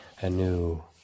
anew